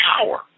power